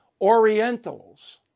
Orientals